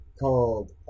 called